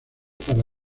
para